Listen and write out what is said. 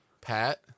Pat